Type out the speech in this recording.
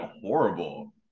horrible